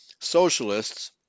socialists